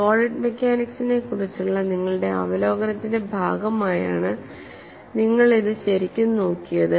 solid മെക്കാനിക്സിനെക്കുറിച്ചുള്ള നിങ്ങളുടെ അവലോകനത്തിന്റെ ഭാഗമായാണ് നിങ്ങൾ ഇത് ശരിക്കും നോക്കിയത്